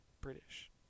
british